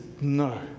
no